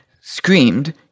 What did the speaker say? screamed